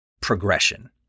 progression